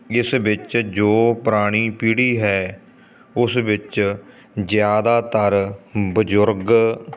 ਜਿਸ ਵਿੱਚ ਜੋ ਪੁਰਾਣੀ ਪੀੜ੍ਹੀ ਹੈ ਉਸ ਵਿੱਚ ਜ਼ਿਆਦਾਤਰ ਬਜ਼ੁਰਗ